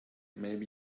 maybe